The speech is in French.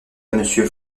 monsieur